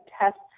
tests